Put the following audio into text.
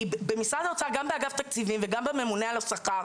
כי במשרד האוצר גם באגף תקציבים וגם בממונה על השכר